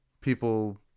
people